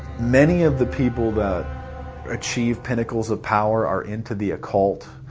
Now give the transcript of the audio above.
many of the people that achieve pinnacles of power are into the occult.